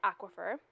aquifer